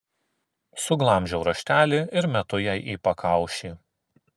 suglamžau raštelį ir metu jai į pakaušį